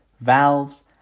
valves